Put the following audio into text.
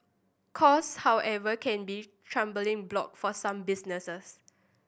cost however can be trembling block for some businesses